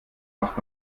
macht